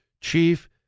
chief